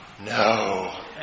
No